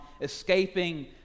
escaping